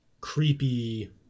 creepy